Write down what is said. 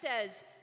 says